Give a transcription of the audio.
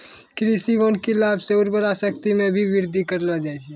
कृषि वानिकी लाभ से उर्वरा शक्ति मे भी बृद्धि करलो जाय छै